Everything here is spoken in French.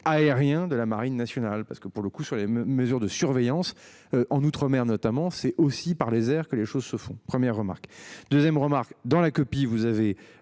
aériens de la marine nationale parce que pour le coup sur les mesures de surveillance en outre-mer mer notamment. C'est aussi par les airs que les choses se font. Première remarque. 2ème remarque dans la copie vous avez